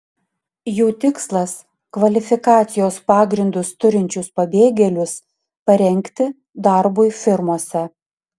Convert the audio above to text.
jų tikslas kvalifikacijos pagrindus turinčius pabėgėlius parengti darbui firmose